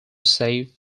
save